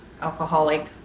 alcoholic